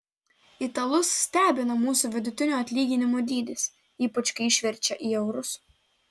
italus stebina mūsų vidutinio atlyginimo dydis ypač kai išverčia į eurus